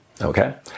Okay